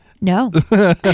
No